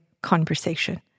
conversation